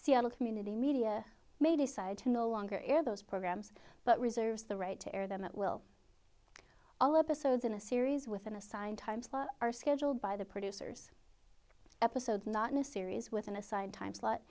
seattle community media may decide to no longer air those programs but reserves the right to air them at will all of us odes in a series with an assigned time slot are scheduled by the producers episode not in a series with an aside time slot